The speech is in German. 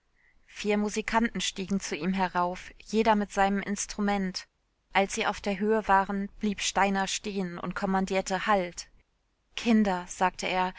vier musikanten stiegen zu ihm herauf jeder mit seinem instrument als sie auf der höhe waren blieb steiner stehen und kommandierte halt kinder sagte er